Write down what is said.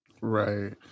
Right